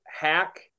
Hack